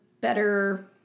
better